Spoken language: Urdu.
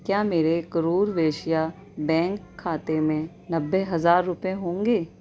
کیا میرے کرور ویشیہ بینک کھاتے میں نوے ہزار روپے ہوں گے